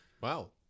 Wow